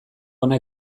hona